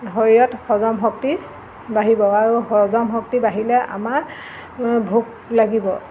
শৰীৰত হজম শক্তি বাঢ়িব আৰু হজম শক্তি বাঢ়িলে আমাৰ ভোক লাগিব